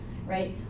Right